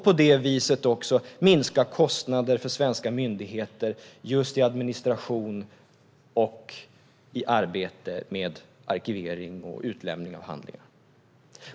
På det viset skulle vi också minska kostnader för svenska myndigheter i administration och i arbete med arkivering och utlämning av handlingar.